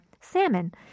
salmon